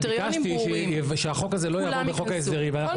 ביקשתי שהחוק הזה לא יעבור בחוק ההסדרים ואנחנו